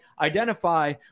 identify